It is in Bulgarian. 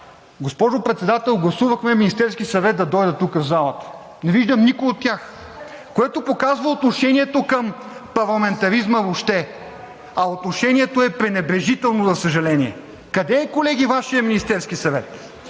госпожо Председател, гласувахме Министерският съвет да дойде тук в залата. Не виждам никой от тях, което показва отношението към парламентаризма въобще, а отношението е пренебрежително, за съжаление. Къде е, колеги, Вашият Министерски съвет?